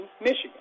Michigan